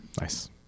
Nice